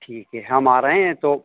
ठीक है हम आ रहे हैं तो